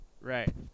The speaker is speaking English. Right